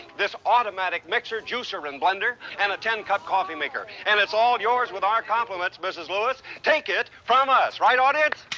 this automatic mixer, juicer and blender, and a ten cup coffeemaker. and it's all yours with our compliments, mrs. lewis. take it from us! right, audience?